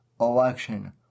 election